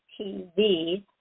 TV